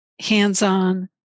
hands-on